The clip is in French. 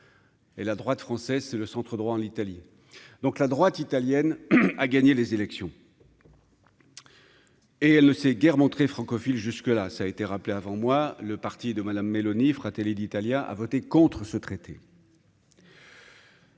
Et la droite française, c'est le centre-droit en l'Italie donc la droite italienne a gagné les élections et elle ne s'est guère montré francophile, jusque là, ça a été rappelé avant moi, le parti de madame Meloni Fratelli d'Italia a voté contre ce traité.